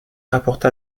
rapporta